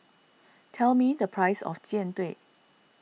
tell me the price of Jian Dui